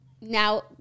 now